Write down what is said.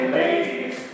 ladies